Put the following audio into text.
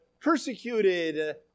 persecuted